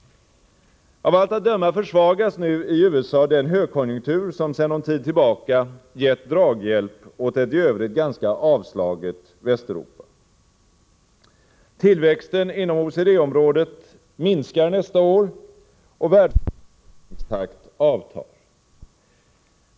Av allt att döma försvagas nu i USA den högkonjunktur som sedan någon tid tillbaka gett draghjälp åt ett i övrigt ganska avslaget Västeuropa. Tillväxten inom OECD-området minskar nästa år, och världshandelns ökningstakt avtar.